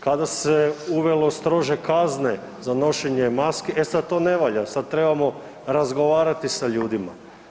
Kada se uvelo strože kazne za nošenje maski, e sad to ne valja, sad trebamo razgovarati sa ljudima.